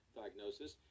diagnosis